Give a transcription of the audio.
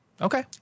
okay